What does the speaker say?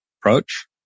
approach